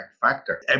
factor